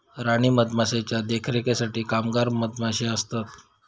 राणी मधमाशीच्या देखरेखीसाठी कामगार मधमाशे असतत